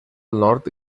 nord